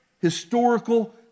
historical